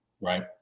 right